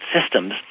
systems